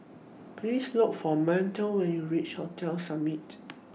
Please Look For Montel when YOU REACH Hotel Summit